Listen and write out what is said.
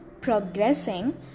progressing